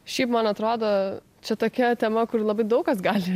šiaip man atrodo čia tokia tema kuri labai daug kas gali